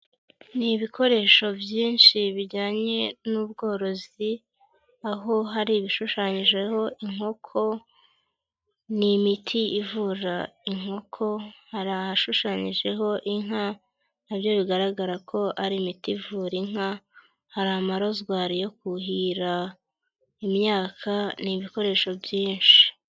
Ni ibikoresho byinshi bijyanye n'ubworozi aho hari ibishushanyijeho inkoko ni imiti ivura inkoko, hari ahashushanyijeho inka na byo bigaragara ko ari imiti ivura inka, hari amarozwari yo kuhira imyaka ni ibikoresho byinshi.